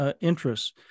interests